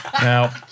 Now